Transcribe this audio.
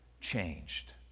changed